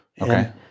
Okay